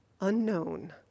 unknown